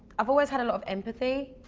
i've always had a lot of empathy.